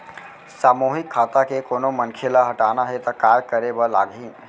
सामूहिक खाता के कोनो मनखे ला हटाना हे ता काय करे बर लागही?